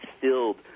filled